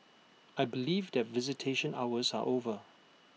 I believe that visitation hours are over